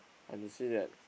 I want to say that